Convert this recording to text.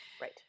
Right